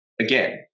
again